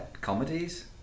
comedies